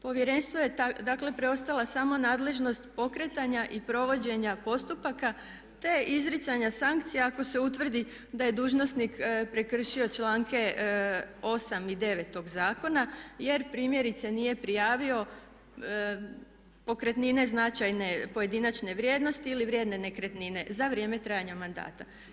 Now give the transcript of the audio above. Povjerenstvu je dakle preostala samo nadležnost pokretanja i provođenja postupaka, te izricanja sankcija ako se utvrdi da je dužnosnik prekršio članke 8. i 9. tog Zakona jer primjerice nije prijavio pokretnine značajne pojedinačne vrijednosti ili vrijedne nekretnine za vrijeme trajanja mandata.